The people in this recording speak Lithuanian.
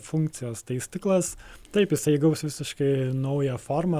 funkcijos tai stiklas taip jisai įgaus visiškai naują formą